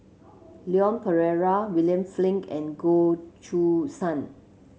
Leon Perera William Flint and Goh Choo San